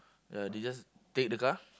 ya they just take the car